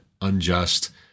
unjust